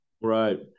right